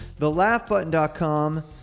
thelaughbutton.com